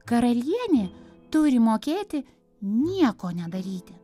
karalienė turi mokėti nieko nedaryti